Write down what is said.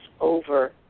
Over